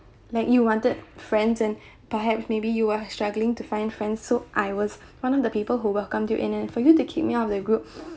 like you wanted friends and perhaps maybe you are struggling to find friends so I was one of the people who welcome you in and for you to keep me out of the group